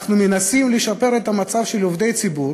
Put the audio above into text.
אנחנו מנסים לשפר את המצב של עובדי ציבור,